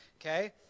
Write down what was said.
okay